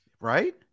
Right